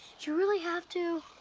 do you really have to?